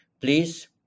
please